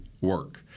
work